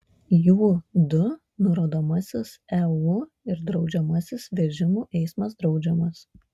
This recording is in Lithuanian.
jų du nurodomasis eu ir draudžiamasis vežimų eismas draudžiamas